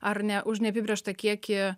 ar ne už neapibrėžtą kiekį